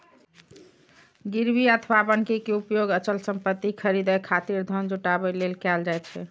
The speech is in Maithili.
गिरवी अथवा बन्हकी के उपयोग अचल संपत्ति खरीदै खातिर धन जुटाबै लेल कैल जाइ छै